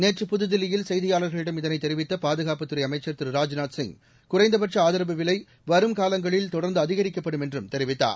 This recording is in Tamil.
நேற்று புதுதில்லியில் செய்தியாளர்களிடம் இதனைத் தெரிவித்த பாதுகாப்புத் துறை அமைச்சர் திரு ராஜ்நூத் சிங் குறைந்தபட்ச ஆதரவு விலை வரும் காலங்களில் தொடர்ந்து அதிகரிக்கப்படும் என்றும் தெரிவித்தார்